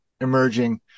emerging